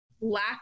lack